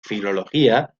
filología